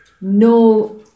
no